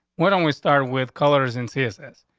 why don't we start with colors and css?